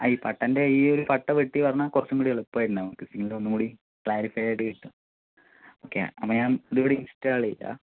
ആ ഈ പട്ടെൻ്റെ ഈ ഒരു പട്ട വെട്ടി പറഞ്ഞാൽ കുറച്ചുംകൂടി എളുപ്പമായിരുന്നു നമുക്ക് സിഗ്നൽ ഒന്നുംകൂടി ക്ലാരിഫൈയായിട്ട് കിട്ടും ഓക്കേ അപ്പം ഞാൻ ഇതിവിടെ ഇൻസ്റ്റാളെയ്യാം